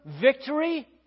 victory